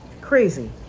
crazy